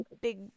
big